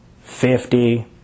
fifty